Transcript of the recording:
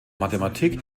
mathematik